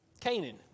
Canaan